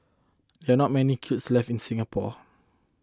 there are not many kilns left in Singapore